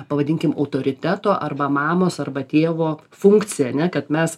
pavadinkim autoriteto arba mamos arba tėvo funkciją a ne kad mes